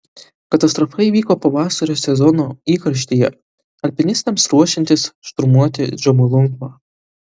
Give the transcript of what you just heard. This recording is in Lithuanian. katastrofa įvyko pavasario sezono įkarštyje alpinistams ruošiantis šturmuoti džomolungmą